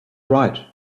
right